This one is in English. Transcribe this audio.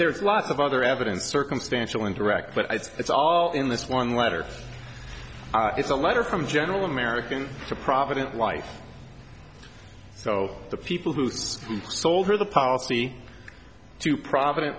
there's lots of other evidence circumstantial and direct but it's all in this one letter it's a letter from general american to provident life so the people whose sole her the policy two prominen